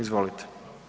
Izvolite.